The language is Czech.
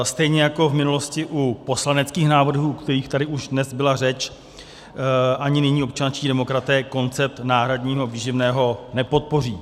Stejně jako v minulosti u poslaneckých návrhů, o kterých tady už dnes byla řeč, ani nyní občanští demokraté koncept náhradního výživného nepodpoří.